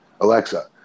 Alexa